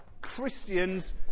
Christians